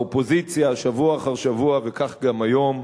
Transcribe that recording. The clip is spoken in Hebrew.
האופוזיציה, שבוע אחר שבוע, וכך גם היום,